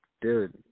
Dude